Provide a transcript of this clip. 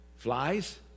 Flies